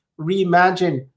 reimagine